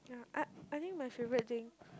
I I think my favourite thing